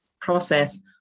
process